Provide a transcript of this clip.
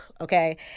okay